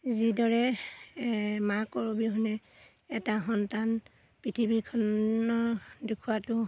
যিদৰে মাকৰ অবিহনে এটা সন্তান পৃথিৱীখনৰ দেখুৱাতো